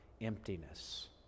emptiness